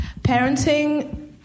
parenting